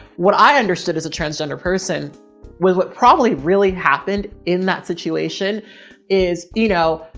what i understood as a transgender person with what probably really happened in that situation is, you know,